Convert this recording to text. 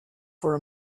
for